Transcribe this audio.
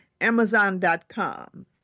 Amazon.com